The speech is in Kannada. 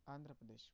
ಆಂಧ್ರಪ್ರದೇಶ್